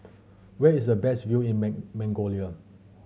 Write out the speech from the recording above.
where is the best view in Mongolia